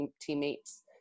teammates